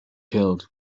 killed